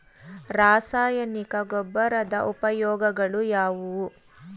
ರಾಸಾಯನಿಕ ಗೊಬ್ಬರದ ಉಪಯೋಗಗಳು ಯಾವುವು?